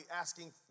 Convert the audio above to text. asking